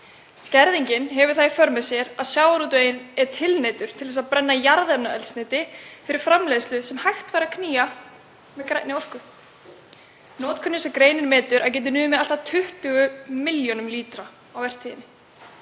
Skerðingin hefur það í för með sér að sjávarútveginn er tilneyddur til að brenna jarðefnaeldsneyti fyrir framleiðslu sem hægt væri að knýja með grænni orku, notkun sem greinin metur að geti numið allt að 20 milljónum lítra á vertíðinni.